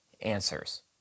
answers